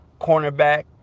cornerback